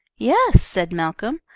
yes, said malcolm,